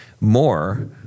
more